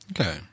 Okay